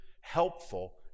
helpful